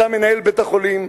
אתה מנהל בית-החולים,